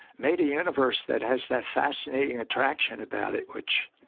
made a universe that has that fascinating attraction about it. which,